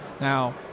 Now